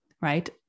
right